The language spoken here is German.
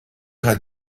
hat